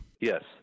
Yes